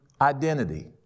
identity